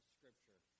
Scripture